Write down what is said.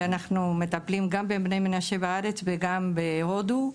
ואנחנו מטפלים גם בבני מנשה בארץ וגם בהודו.